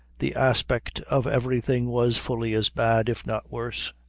the aspect of everything was fully as bad, if not worse.